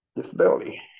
disability